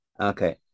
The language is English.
okay